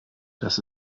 das